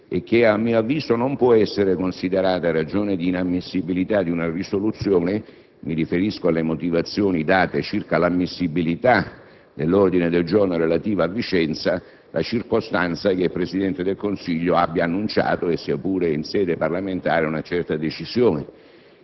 è che, a mio avviso, non può essere considerata ragione d'inammissibilità di una proposta di risoluzione - mi riferisco alle motivazioni date circa l'ammissibilità della proposta di risoluzione relativa a Vicenza - la circostanza che il Presidente del Consiglio abbia annunciato, sia pure in sede parlamentare, una certa decisione.